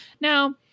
Now